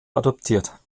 adoptiert